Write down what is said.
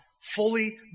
fully